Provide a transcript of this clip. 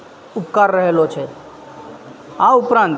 ઉપકાર રહેલો છે આ ઉપરાંત